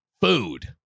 food